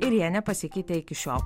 ir jie nepasikeitė iki šiol